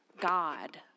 God